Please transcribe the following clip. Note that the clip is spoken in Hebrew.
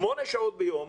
שמונה שעות ביום,